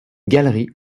galerie